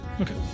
Okay